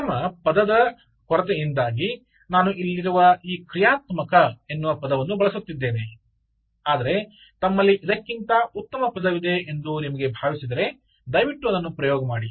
ಉತ್ತಮ ಪದದ ಕೊರತೆಯಿಂದಾಗಿ ನಾನು ಇಲ್ಲಿರುವ ಈ 'ಕ್ರಿಯಾತ್ಮಕ' ಎನ್ನುವ ಪದವನ್ನು ಬಳಸುತ್ತಿದ್ದೇನೆ ಆದರೆ ತಮ್ಮಲ್ಲಿ ಇದಕ್ಕಿಂತ ಉತ್ತಮ ಪದವಿದೆ ಎಂದು ನೀವು ಭಾವಿಸಿದರೆ ದಯವಿಟ್ಟು ಅದನ್ನು ಉಪಯೋಗ ಮಾಡಿ